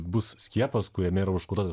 bus skiepas kuriame yra užkoduota